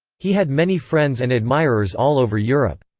he had many friends and admirers all over europe.